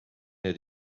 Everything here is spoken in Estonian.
need